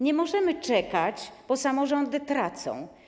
Nie możemy czekać, bo samorządy tracą.